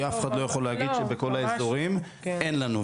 כי אף אחד לא יכול להגיד שבכל האזורים אין לנו.